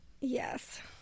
Yes